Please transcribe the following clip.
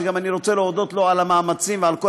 שגם אני רוצה להודות לו על המאמצים ועל כל